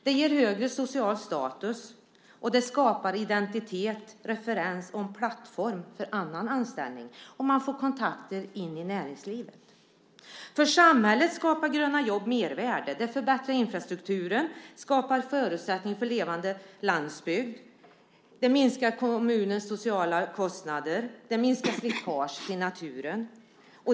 Det ger högre social status och skapar identitet, referens och en plattform för annan anställning. Man får kontakter in i näringslivet. För samhället skapar Gröna jobb mervärde. Det förbättrar infrastrukturen. Det skapar förutsättning för levande landsbygd. Det minskar kommunernas sociala kostnader. Det minskar slitaget i naturen.